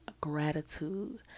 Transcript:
gratitude